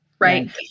Right